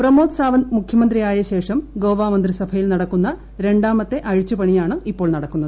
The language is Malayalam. പ്രമോദ് സാവന്ത് മുഖ്യമന്ത്രിയായ ശേഷം ഗോവ മന്ത്രിസഭയിൽ നടക്കുന്ന രണ്ടാമത്തെ അഴിച്ചുപണിയാണ് ഇപ്പോൾ നടക്കുന്നത്